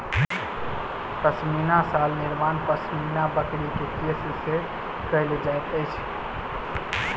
पश्मीना शाल निर्माण पश्मीना बकरी के केश से कयल जाइत अछि